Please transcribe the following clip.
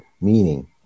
meaning